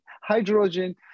hydrogen